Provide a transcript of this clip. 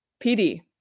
PD